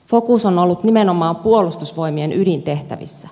fokus on ollut nimenomaan puolustusvoimien ydintehtävissä